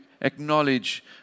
acknowledge